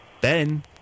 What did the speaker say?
Ben